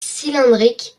cylindriques